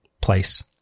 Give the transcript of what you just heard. place